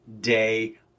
day